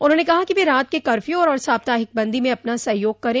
उन्होंने कहा कि वे रात के कर्फ्यू और साप्ताहिक बंदी में अपना सहयोग करे